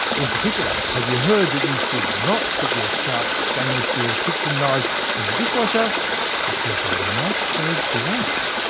in particular, have you heard that you should not put your sharp stainless steel kitchen knives in the dishwasher because they might go blunt?